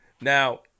Now